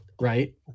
right